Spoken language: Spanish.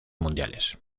mundiales